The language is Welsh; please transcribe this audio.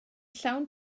llawn